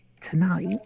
tonight